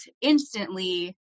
instantly